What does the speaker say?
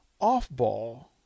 off-ball